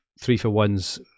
three-for-ones